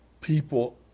people